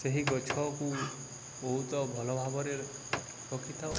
ସେହି ଗଛକୁ ବହୁତ ଭଲ ଭାବରେ ରଖିଥାଉ